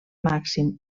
màxim